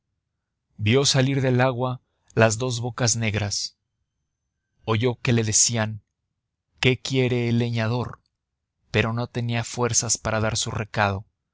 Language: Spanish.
vio salir del agua las dos bocas negras oyó que le decían qué quiere el leñador pero no tenía fuerzas para dar su recado